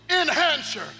enhancer